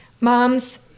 moms